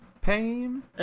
Pain